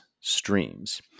streams